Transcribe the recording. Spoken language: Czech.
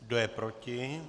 Kdo je proti?